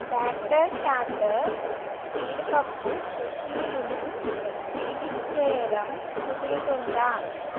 batter chatter జీడిపప్పు కుక్కీలుని తిరిగిచ్చేయడం కుదురుతుందా